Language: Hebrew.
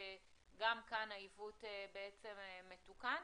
שגם כאן העיוות מתוקן,